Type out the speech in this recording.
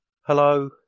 hello